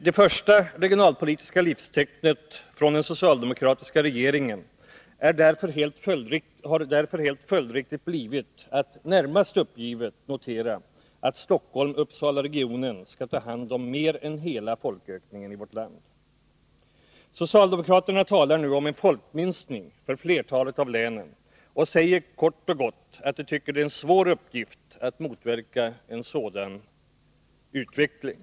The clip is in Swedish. Det första regionalpolitiska livstecknet från den socialdemokratiska regeringen har därför helt följdriktigt blivit att närmast uppgivet notera att Stockholm-Uppsala-regionen kommer att svara för en befolkningsökning som är större än befolkningsökningen i landet i dess helhet. Socialdemokraterna talar nu om folkminskning för flertalet län och säger kort och gott att de tycker att det är en svår uppgift att motverka en sådan utveckling.